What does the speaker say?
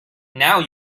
now